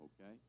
okay